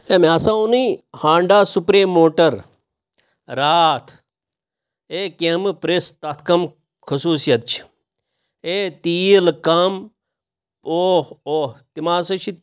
ہے مےٚ ہَسا اوٚنُے ہانڈا سُپرٛے موٹَر راتھ ہے کینٛہہ مہٕ پِرٛژھ تَتھ کَم خصوٗصِیَت چھِ اے تیٖل کَم او اوہ تِم ہَسا چھِ